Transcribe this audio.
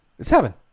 Seven